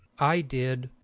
i did.